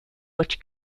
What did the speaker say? which